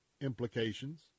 implications